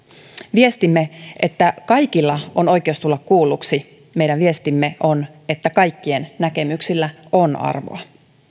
viestimme että kaikilla on oikeus tulla kuulluiksi meidän viestimme on että kaikkien näkemyksillä on arvoa